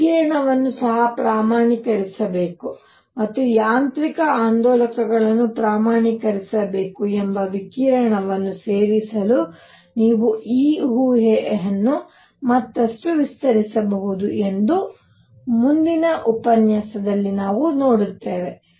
ವಿಕಿರಣವನ್ನು ಸಹ ಪ್ರಮಾಣೀಕರಿಸಬೇಕು ಮತ್ತು ಯಾಂತ್ರಿಕ ಆಂದೋಲಕಗಳನ್ನು ಪ್ರಮಾಣೀಕರಿಸಬೇಕು ಎಂಬ ವಿಕಿರಣವನ್ನು ಸೇರಿಸಲು ನೀವು ಈ ಉಹೆಯನ್ನು ಮತ್ತಷ್ಟು ವಿಸ್ತರಿಸಬಹುದು ಎಂದು ಮುಂದಿನ ಉಪನ್ಯಾಸದಲ್ಲಿ ನಾವು ನೋಡುತ್ತೇವೆ